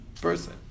person